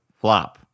FLOP